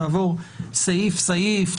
תעבור סעיף-סעיף,